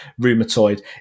rheumatoid